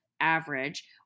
average